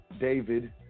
David